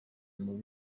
muri